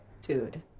Dude